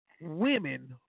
women